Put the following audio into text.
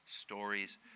stories